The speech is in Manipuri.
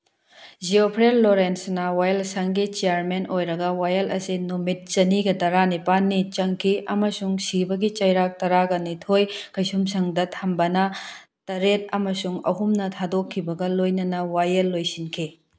ꯖꯤꯌꯣꯐ꯭ꯔꯦ ꯂꯣꯔꯦꯟꯁꯅ ꯋꯥꯌꯦꯜ ꯁꯪꯒꯤ ꯆꯤꯌꯥꯔꯃꯦꯟ ꯑꯣꯏꯔꯒ ꯋꯥꯌꯦꯜ ꯑꯁꯤ ꯅꯨꯃꯤꯠ ꯆꯅꯤꯒ ꯇꯔꯥꯅꯤꯄꯥꯜꯅꯤ ꯆꯪꯈꯤ ꯑꯃꯁꯨꯡ ꯁꯤꯕꯒꯤ ꯆꯩꯔꯥꯛ ꯇꯔꯥꯒꯅꯤꯊꯣꯏ ꯀꯩꯁꯨꯝꯁꯪꯗ ꯊꯝꯕꯅ ꯇꯔꯦꯠ ꯑꯃꯁꯨꯡ ꯑꯍꯨꯝꯅ ꯊꯥꯗꯣꯛꯈꯤꯕꯒ ꯂꯣꯏꯅꯅ ꯋꯥꯌꯦꯜ ꯂꯣꯏꯁꯤꯟꯈꯤ